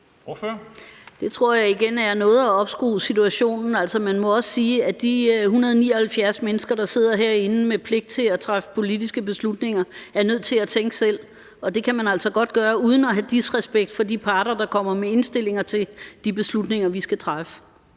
Det tror jeg igen er at opskrue situationen noget. Altså, man må også sige, at de 179 mennesker, der sidder herinde med pligt til at træffe politiske beslutninger, er nødt til at tænke selv. Og det kan man altså godt gøre uden at have disrespekt for de parter, der kommer med indstillinger til de beslutninger, vi skal træffe.